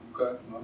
Okay